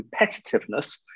competitiveness